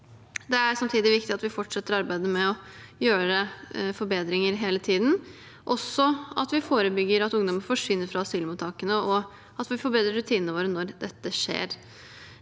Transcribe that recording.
Det er samtidig viktig at vi fortsetter arbeidet med å gjøre forbedringer hele tiden, også at vi forebygger at ungdom forsvinner fra asylmottakene, og at vi forbedrer rutinene våre når dette skjer.